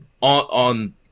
on –